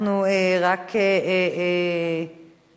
אנחנו רק נודיע